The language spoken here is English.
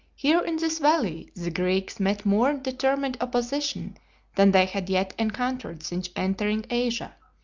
here in this valley the greeks met more determined opposition than they had yet encountered since entering asia,